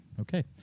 Okay